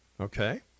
Okay